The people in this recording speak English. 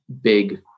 big